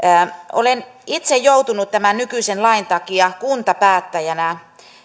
olen itse joutunut tämän nykyisen lain takia kuntapäättäjänä